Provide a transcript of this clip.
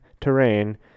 terrain